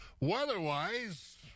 Weather-wise